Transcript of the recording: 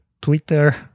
Twitter